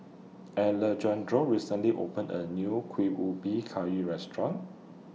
Alejandro recently opened A New Kuih Ubi Kayu Restaurant